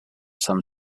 some